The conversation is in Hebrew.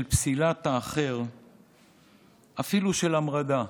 של פסילת האחר ואפילו של המרדה,